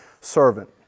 servant